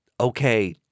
okay